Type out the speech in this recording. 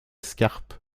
scarpe